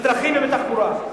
בדרכים ובתחבורה.